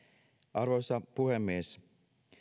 arvoisa puhemies